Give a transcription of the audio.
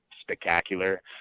spectacular